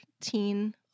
teen